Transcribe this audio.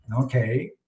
okay